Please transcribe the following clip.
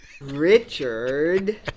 Richard